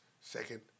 second